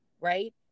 right